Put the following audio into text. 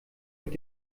mit